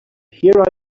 here